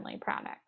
products